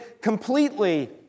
completely